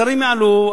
שרים יעלו,